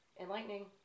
enlightening